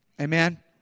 Amen